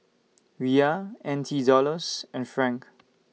Riyal N T Dollars and Franc